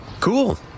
Cool